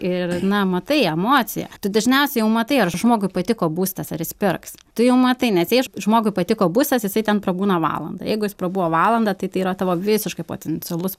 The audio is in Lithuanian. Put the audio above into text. ir na matai emociją tu dažniausiai jau matai ar žmogui patiko būstas ar jis pirks tu jau matai nes jei žmogui patiko būstas jisai ten prabūna valandą jeigu jis prabuvo valandą tai tai yra tavo visiškai potencialus